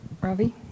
Ravi